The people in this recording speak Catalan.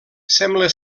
sembla